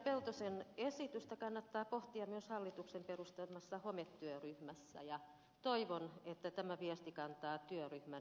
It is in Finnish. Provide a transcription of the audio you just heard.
peltosen esitystä kannattaa pohtia myös hallituksen perustamassa hometyöryhmässä ja toivon että tämä viesti kantaa työryhmän jäsenille